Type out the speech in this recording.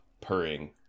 purring